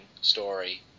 story